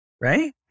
Right